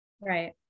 Right